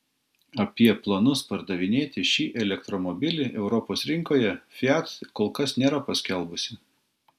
apie planus pardavinėti šį elektromobilį europos rinkoje fiat kol kas nėra paskelbusi